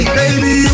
Baby